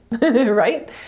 right